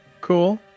Cool